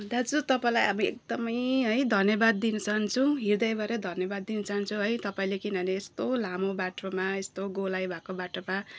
दाजु तपाईँलाई हामी एकदमै है धन्यवाद दिन चाहन्छौँ हृदयबाड धन्यवाद दिन चाहन्छौँ है तपाईँले किनभने यस्तो लामो बाटोमा यस्तो गोलाइ भएको बाटोमा